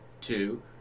two